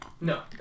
No